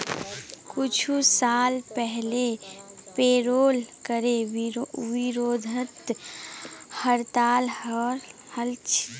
कुछू साल पहले पेरोल करे विरोधत हड़ताल हल छिले